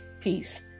Peace